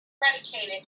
predicated